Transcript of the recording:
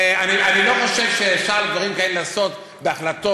ואני לא חושב שדברים כאלה אפשר לעשות בהחלטות,